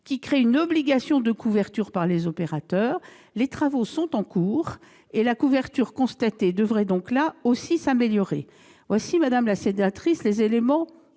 qui crée une obligation de couverture par les opérateurs ; les travaux sont en cours, et la couverture constatée devrait donc, là aussi, s'améliorer. Voilà, madame la sénatrice, les éléments